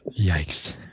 Yikes